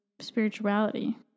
spirituality